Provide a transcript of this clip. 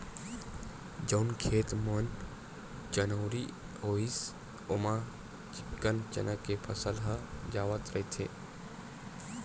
जउन खेत म चनउरी होइस ओमा चिक्कन चना के फसल ह जावत रहिथे